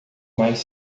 mais